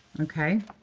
ok.